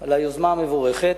על היוזמה המבורכת.